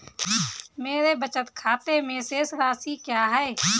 मेरे बचत खाते में शेष राशि क्या है?